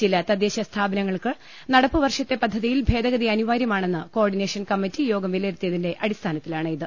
ചില തദ്ദേശ സ്ഥാപനങ്ങൾക്ക് നടപ്പുവർഷത്തെ പദ്ധതിയിൽ ഭേദഗതി അനിവാര്യമാണെന്ന് കോ ഓർഡിനേഷൻ കമ്മറ്റി യോഗം വിലയിരുത്തിയതിന്റെ അടിസ്ഥാനത്തിലാണിത്